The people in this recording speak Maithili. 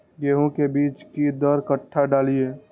गेंहू के बीज कि दर कट्ठा डालिए?